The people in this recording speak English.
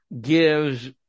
gives